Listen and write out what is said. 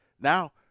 Now